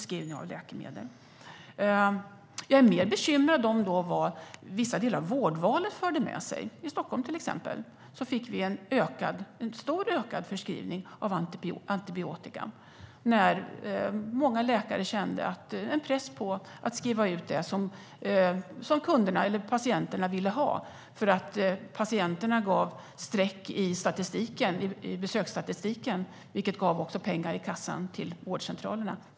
Då är jag mer bekymrad över vad vissa delar av vårdvalet förde med sig. I Stockholm till exempel fick vi ökad förskrivning av antibiotika. Många läkare kände en press att skriva ut det som patienterna ville ha. Patienterna gav nämligen streck i besöksstatistiken, vilket gav pengar i kassan till vårdcentralerna.